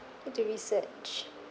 have to research